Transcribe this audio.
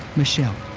michelle.